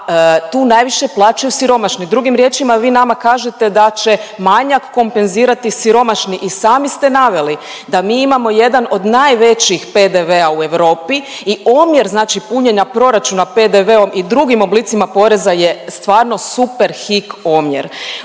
tu najviše plaćaju siromašni. Drugim riječima vi nama kažete da će manjak kompenzirati siromašni. I sami ste naveli da mi imamo jedan od najvećih PDV-a u Europi i omjer znači punjenja proračun PDV-om i drugim oblicima poreza jer stvarno super hik omjer.